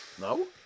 No